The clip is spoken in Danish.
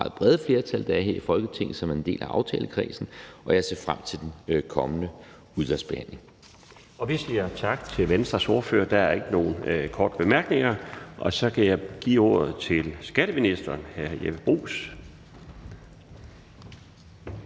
meget brede flertal, der er her i Folketinget, som er en del af aftalekredsen, og jeg ser frem til den kommende udvalgsbehandling. Kl. 12:19 Den fg. formand (Bjarne Laustsen): Vi siger tak til Venstres ordfører. Der er ikke nogen korte bemærkninger. Så kan jeg give ordet til skatteministeren, hr. Jeppe Bruus.